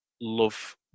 love